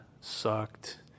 sucked